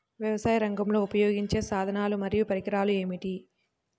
వ్యవసాయరంగంలో ఉపయోగించే సాధనాలు మరియు పరికరాలు ఏమిటీ?